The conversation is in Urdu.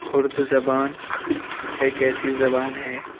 اردو زبان ایک ایسی زبان ہے